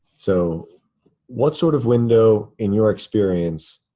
so what sort of window, in your experience